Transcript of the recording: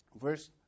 Verse